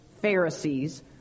Pharisees